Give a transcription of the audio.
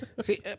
See